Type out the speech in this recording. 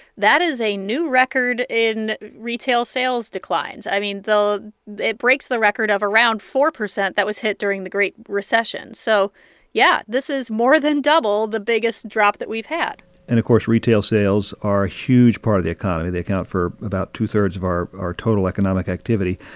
that is a new record in retail sales declines. i mean, it breaks the record of around four percent that was hit during the great recession. so yeah, this is more than double the biggest drop that we've had and of course, retail sales are a huge part of the economy. they account for about two-thirds of our our total economic activity.